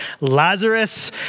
Lazarus